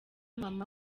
mama